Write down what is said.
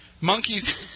Monkeys